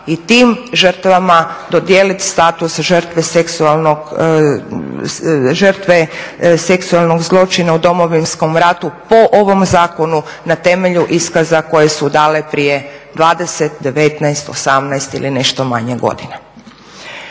i tim žrtvama dodijelit status žrtve seksualnog zločina u Domovinskom ratu po ovom zakonu na temelju iskaza koje su dale prije 20, 19, 18 ili nešto manje godina.